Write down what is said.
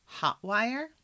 Hotwire